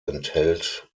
enthält